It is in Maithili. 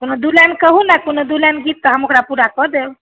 कोनो दू लाइन कहू ने कोनो दू लाइन गीत तऽ हम ओकरा पूरा कऽ देब